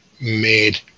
made